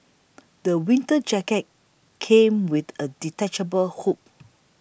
the winter jacket came with a detachable hood